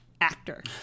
actor